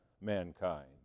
mankind